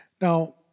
Now